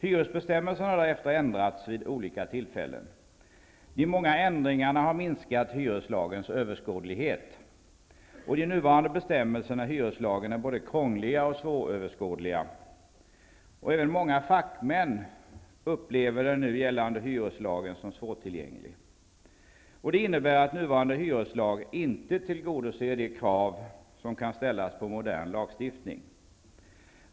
Hyresbestämmelserna har därefter ändrats vid olika tillfällen. De många ändringarna har minskat hyreslagens överskådlighet. De nuvarande bestämmelserna i hyreslagen är både krångliga och svåröverskådliga. Även många fackmän upplever den nu gällande hyreslagen som svårtillgänglig. Det innebär att nuvarande hyreslag inte tillgodoser de krav som kan ställas på modern lagstiftning.